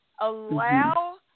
Allow